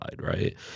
right